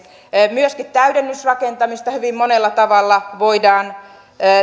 myöskin täydennysrakentamista hyvin monella tavalla voidaan